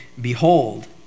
Behold